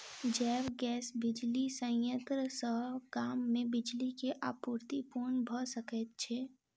जैव गैस बिजली संयंत्र सॅ गाम मे बिजली के आपूर्ति पूर्ण भ सकैत छै